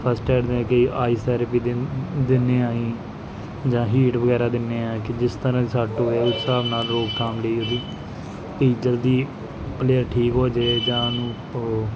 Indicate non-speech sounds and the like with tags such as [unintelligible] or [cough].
first aid ਨੇ ਕਿ ਵੀ ਆਇਸ ਥੈਰੇਪੀ ਦਿੰਦੇ ਹਾਂ ਅਸੀਂ ਜਾਂ ਹੀਟ ਵਗੈਰਾ ਦਿੰਦੇ ਹਾਂ ਕਿ ਜਿਸ ਤਰ੍ਹਾਂ ਦੀ ਸੱਟ ਹੋਵੇ ਉਸ ਹਿਸਾਬ ਨਾਲ ਰੋਕਥਾਮ ਲਈ ਉਹਦੀ [unintelligible] ਪਲੇਅਰ ਠੀਕ ਹੋ ਜਾਏ ਜਾਂ ਉਹਨੂੰ ਉਹ